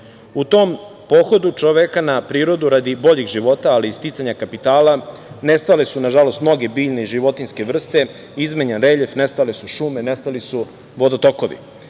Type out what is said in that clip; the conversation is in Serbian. tom pohodu čoveka na prirodu, radi boljeg života, ali i sticanja kapitala nestale su nažalost, mnoge biljne i životinjske vrste, izmenjen reljef, nestale su šume, nestali su vodotokovi. Klimatske